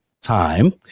time